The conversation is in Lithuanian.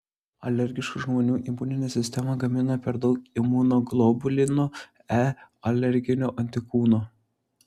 alergiškų žmonių imuninė sistema gamina per daug imunoglobulino e alerginio antikūno